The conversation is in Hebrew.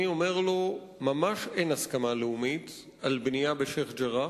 אני אומר לו: ממש אין הסכמה לאומית על בנייה בשיח'-ג'ראח,